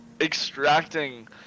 extracting